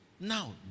Now